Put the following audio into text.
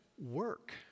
Work